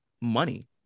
money